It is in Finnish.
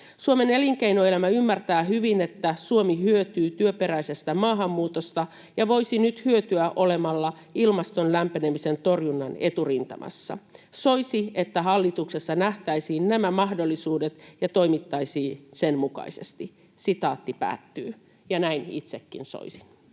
Suomen elinkeinoelämä ymmärtää hyvin, että Suomi hyötyy työperäisestä maahanmuutosta ja voisi nyt hyötyä olemalla ilmaston lämpenemisen torjunnan eturintamassa. Soisi, että hallituksessa nähtäisiin nämä mahdollisuudet ja toimittaisiin sen mukaisesti.” Näin itsekin soisin.